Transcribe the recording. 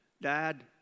Dad